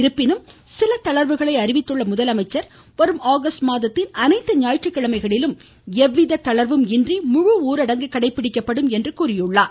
இருப்பினும் சில தளர்வுகளை அறிவித்துள்ள முதலமைச்சர் வரும் ஆகஸ்ட் மாதத்தின் அனைத்து சுாயிற்றுக்கிழமைகளிலும் எவ்வித தளங்வும் இன்றி முழு ஊரடங்கு கடைபிடிக்கப்படும் என்று கூறியுள்ளார்